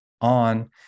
on